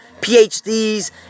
PhDs